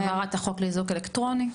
ואי העברת איזוק אלקטרוני.